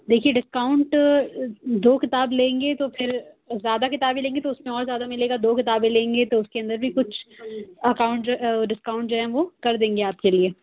دیکھیے ڈسکاؤنٹ دو کتاب لیں گے تو پھر زیادہ کتابیں لیں گی تو اُس میں اور زیادہ ملے گا دو کتابیں لیں گی تو اُس کے اندر بھی کچھ اکاؤنٹ جو ڈسکاؤنٹ جو ہے وہ کر دیں گے آپ کے لیے